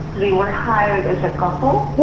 we were hired as a couple